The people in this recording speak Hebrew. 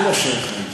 זה לא שייך לעניין.